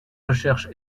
recherche